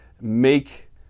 make